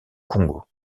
congo